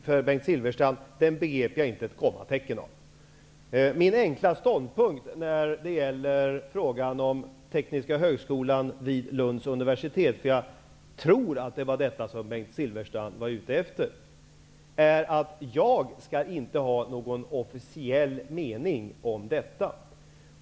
Herr talman! Den fråga som gällde Lund begrep jag, med all respekt för Bengt Silfverstrand, inte ett kommatecken av. Min enkla ståndpunkt i frågan om Tekniska högskolan vid Lunds universitet -- för jag tror att det var detta som Bengt Silfverstrand var ute efter -- är att jag inte skall ha någon officiell mening om detta.